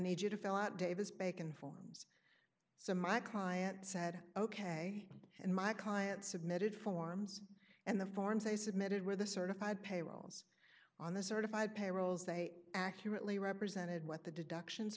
ija to fill out davis bacon forms so my client said ok and my client submitted forms and the forms they submitted were the certified payrolls on the certified payrolls they accurately represented what the deductions